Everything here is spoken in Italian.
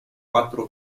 quattro